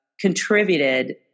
contributed